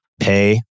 pay